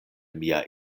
mia